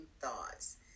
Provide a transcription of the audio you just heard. thoughts